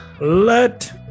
Let